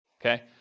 okay